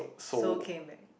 so came back